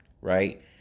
right